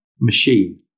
machine